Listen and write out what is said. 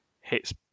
hits